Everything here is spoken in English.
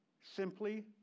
simply